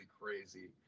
crazy